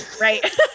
Right